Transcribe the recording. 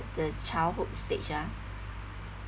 the childhood stage ah